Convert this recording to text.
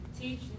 Teach